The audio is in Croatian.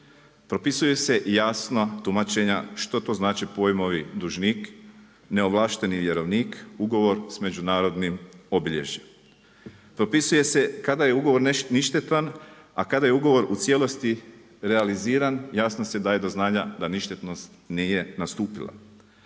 Propisuje se i jasno tumačenja što to znače pojmovi dužnik, neovlašteni vjerovnika, ugovor s međunarodnim obilježjem. Propisuje se kada je ugovor ništetan, a kada je ugovor u cijelosti realiziran jasno se daje do znanja da ništetnost nije nastupila.